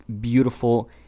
beautiful